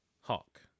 Hawk